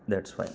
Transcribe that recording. that's fine